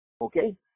Okay